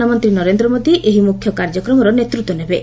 ପ୍ରଧାନମନ୍ତ୍ରୀ ନରେନ୍ଦ୍ର ମୋଦି ଏହି ମୁଖ୍ୟ କାର୍ଯ୍ୟକ୍ରମର ନେତୃତ୍ୱ ନେବେ